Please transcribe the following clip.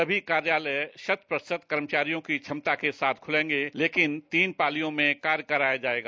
सभी कार्यालय शत प्रतिशत कर्मचोंरियों की क्षमता के साथ खुलेंगे लेकिन तीन पालियों में कार्य कराया जाएगा